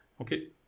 Okay